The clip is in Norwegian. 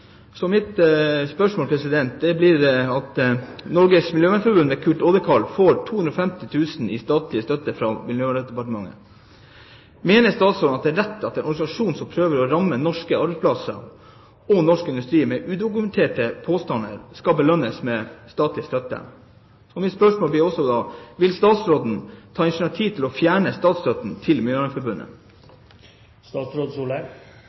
Så til mitt spørsmål: Norges Miljøvernforbund og Kurt Oddekalv får 250 000 kr i statlig støtte fra Miljøverndepartementet. Mener statsråden at det er rett at en organisasjon som prøver å ramme norske arbeidsplasser og norsk industri med udokumenterte påstander, skal belønnes med statlig støtte? Mitt andre spørsmål blir: Vil statsråden ta initiativ til å fjerne statsstøtten til